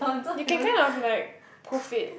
you can kind of like proof it